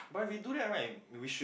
but if we do that right we should